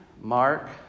Mark